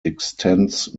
extends